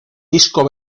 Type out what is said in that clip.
disco